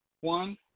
one